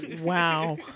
Wow